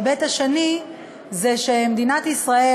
ההיבט השני הוא שמדינת ישראל,